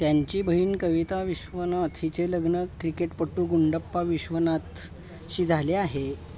त्यांची बहीण कविता विश्वनाथ हिचे लग्न क्रिकेटपटू गुंडप्पा विश्वनाथ शी झाले आहे